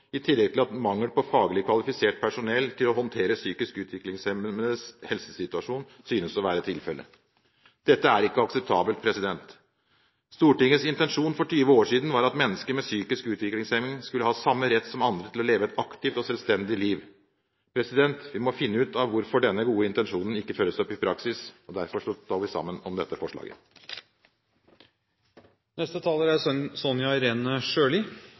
i tillegg til at mangel på faglig kvalifisert personell til å håndtere psykisk utviklingshemmedes helsesituasjon synes å være tilfellet. Dette er ikke akseptabelt. Stortingets intensjon for 20 år siden var at mennesker med psykisk utviklingshemning skulle ha samme rett som andre til å leve et aktivt og selvstendig liv. Vi må finne ut av hvorfor denne gode intensjonen ikke følges opp i praksis. Derfor står vi sammen om dette forslaget.